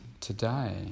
today